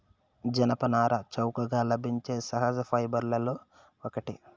జనపనార చౌకగా లభించే సహజ ఫైబర్లలో ఒకటి